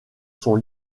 sont